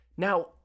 Now